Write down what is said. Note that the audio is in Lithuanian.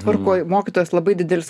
tvarkoj mokytojas labai didelis